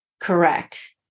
Correct